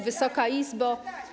Wysoka Izbo!